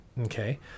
Okay